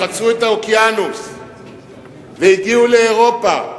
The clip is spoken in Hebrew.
חצו את האוקיינוס והגיעו לאירופה.